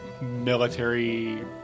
military